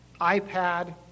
iPad